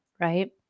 Right